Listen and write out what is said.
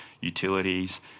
utilities